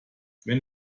wenn